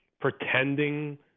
pretending